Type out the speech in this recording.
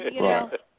Right